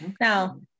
Now